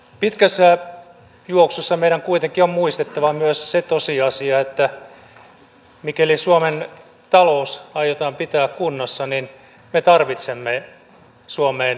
pitkässä juoksussa meidän kuitenkin on muistettava myös se tosiasia että mikäli suomen talous aiotaan pitää kunnossa niin me tarvitsemme suomeen maahanmuuttoa